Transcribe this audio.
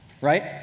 right